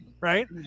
Right